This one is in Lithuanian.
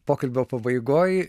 pokalbio pabaigoj